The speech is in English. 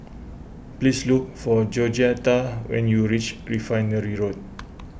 please look for Georgetta when you reach Refinery Road